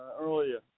earlier